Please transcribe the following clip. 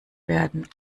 werden